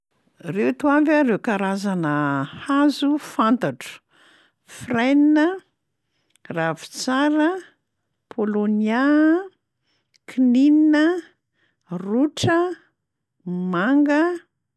Reto avy a reo karazana hazo fantatro: frêne, ravintsara, pawlonia, kininina, rotra, manga.